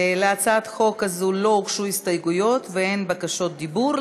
להצעת החוק הזאת לא הוגשו הסתייגויות ואין בקשות דיבור,